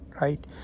right